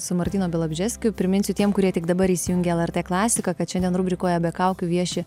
su martyno bialobžeskiu priminsiu tiem kurie tik dabar įsijungė lrt klasiką kad šiandien rubrikoje be kaukių vieši